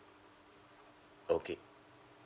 okay